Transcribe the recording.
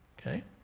okay